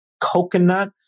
coconut